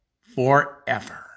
forever